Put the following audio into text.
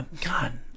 God